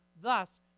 Thus